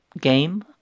game